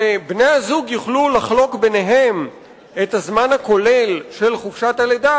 ובני-הזוג יוכלו לחלוק ביניהם את הזמן הכולל של חופשת הלידה,